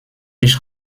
ich